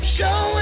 Show